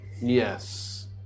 Yes